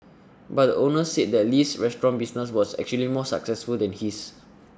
but the owner said that Li's restaurant business was actually more successful than his